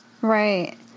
Right